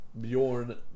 bjorn